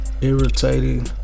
Irritating